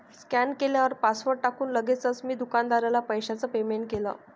scan केल्यावर password टाकून लगेचच मी दुकानदाराला पैशाचं पेमेंट केलं